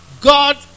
God